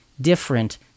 different